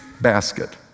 basket